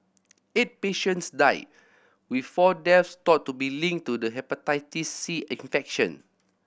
eight patients died with four death thought to be linked to the Hepatitis C infection